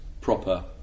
proper